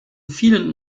vielen